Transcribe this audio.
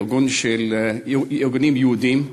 ארגון של ארגונים יהודיים,